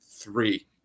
Three